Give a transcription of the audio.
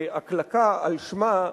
בהקלקה על שמה,